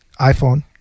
iPhone